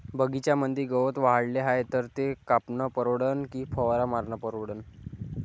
बगीच्यामंदी गवत वाढले हाये तर ते कापनं परवडन की फवारा मारनं परवडन?